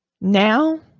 Now